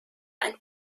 ein